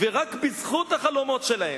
ורק בזכות החלומות שלהם,